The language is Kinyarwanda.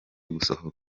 gusohora